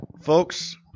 folks